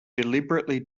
deliberately